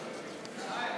תקציבי 95,